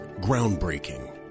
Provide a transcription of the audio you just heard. Groundbreaking